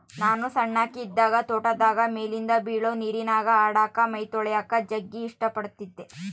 ನಾನು ಸಣ್ಣಕಿ ಇದ್ದಾಗ ತೋಟದಾಗ ಮೇಲಿಂದ ಬೀಳೊ ನೀರಿನ್ಯಾಗ ಆಡಕ, ಮೈತೊಳಕಳಕ ಜಗ್ಗಿ ಇಷ್ಟ ಪಡತ್ತಿದ್ದೆ